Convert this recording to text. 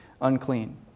unclean